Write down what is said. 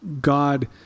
God